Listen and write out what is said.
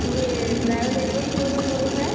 मी travel एजन्सीमधून बोलत आहे